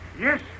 Yes